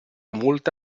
molta